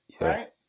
Right